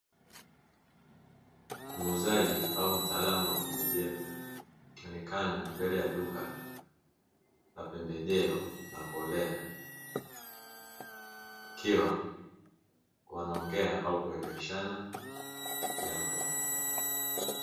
Muuzaji au mtaalamu wa pembejeo akionekana mbele ya duka la pembejeo na mbolea, akiwa anaongea au kueleweshana jambo.